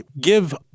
give